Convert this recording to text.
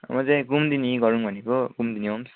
म चाहिँ कुमुदुनीमा गरौँ भनेको कुमुदुनी होम्स